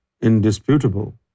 indisputable